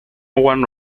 one